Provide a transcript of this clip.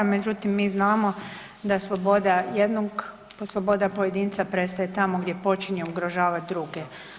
Međutim, mi znamo da sloboda jednog, sloboda pojedinca prestaje tamo gdje počinje ugrožavat druge.